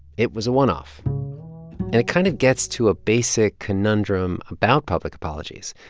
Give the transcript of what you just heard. it was a one-off, and it kind of gets to a basic conundrum about public apologies,